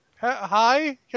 Hi